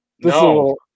No